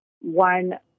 one